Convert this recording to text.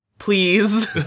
Please